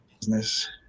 business